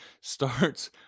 starts